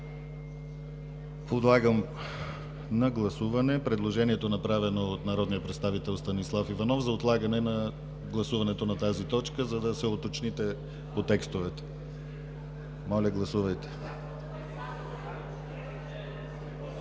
Подлагам на гласуване предложението, направено от народния представител Станислав Иванов за отлагане на гласуването на тази точка, за да се уточните по текстовете. Няма кворум.